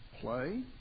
Play